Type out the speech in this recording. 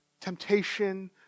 temptation